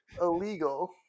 illegal